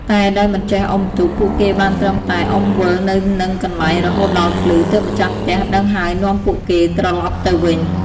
តែដោយមិនចេះអុំទូក ពួកគេបានត្រឹមតែអុំវិលនៅនឹងកន្លែងរហូតដល់ភ្លឺ ទើបម្ចាស់ផ្ទះដឹងហើយនាំពួកគេត្រឡប់ទៅវិញ ។